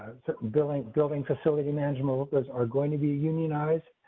building, building facility management are going to be unionized.